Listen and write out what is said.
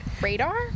radar